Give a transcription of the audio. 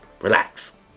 relax